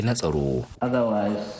Otherwise